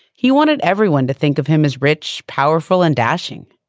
he wanted everyone to think of him as rich powerful and dashing.